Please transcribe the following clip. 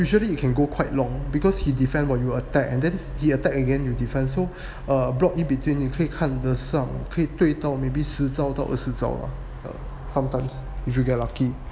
usually you can go quite long because he defend while you attack and then he attacked again you defence so err block in between 你可以看得上可以到 play 十 maybe 招到二十招 err sometimes if you get lucky